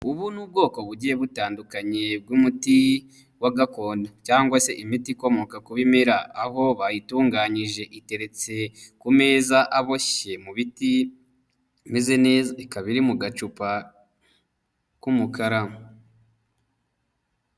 Ubu ni ubwoko bugiye butandukanye bw'umuti wa gakondo cyangwa se imiti ikomoka ku bimera ho bayitunganyije, iteretse ku meza aboshye mu biti, bimeze neza, ikaba iri mu gacupa k'umukara.